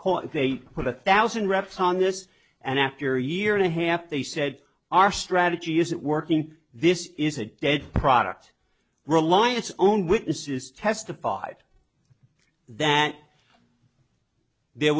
itself they put a thousand reps on this and after a year and a half they said our strategy isn't working this is a dead product reliance on witnesses testified that there